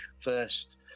first